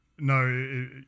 No